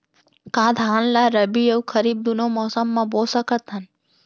का धान ला रबि अऊ खरीफ दूनो मौसम मा बो सकत हन?